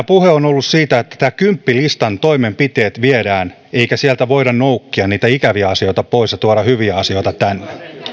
puhe on on ollut siitä että tämän kymppilistan toimenpiteet viedään eikä sieltä voida noukkia ikäviä asioita pois ja tuoda hyviä asioita tänne